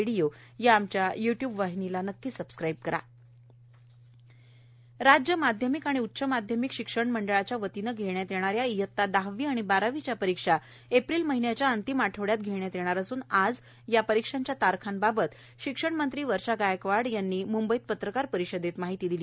दहावी बारावी परीक्षा राज्य माध्यमिक आणि उच्च माध्यमिक शिक्षण मंडळाच्या वतीनं घेण्यात येणाऱ्या इयत्ता दहावी आणि बारावीच्या परीक्षा एप्रिल महिन्याच्या अंतिम आठवड़यात घेण्यात येणार असून या परीक्षांच्या तारखांबाबत शिक्षण मंत्री वर्षा गायकवाड यांनी आज मंबईत पत्रकार परिषदेत माहिती दिली